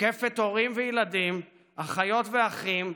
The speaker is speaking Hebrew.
מוקפת הורים וילדים, אחיות ואחים,